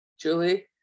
julie